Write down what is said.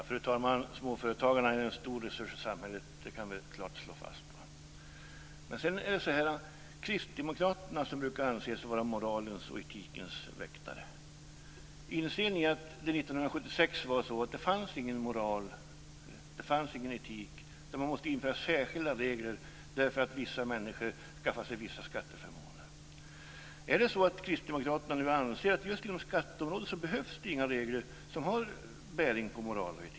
Fru talman! Småföretagarna är en stor resurs i samhället. Det kan vi klart slå fast. Men inser kristdemokraterna, som brukar anse sig vara moralens och etikens väktare, att det 1976 inte fanns någon moral och etik utan att man måste införa särskilda regler därför att vissa människor skaffade sig vissa skatteförmåner? Anser kristdemokraterna nu att det just inom skatteområdet inte behövs några regler som har bäring på moral och etik?